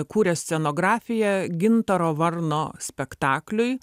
kūrė scenografiją gintaro varno spektakliui